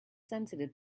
sensitive